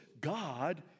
God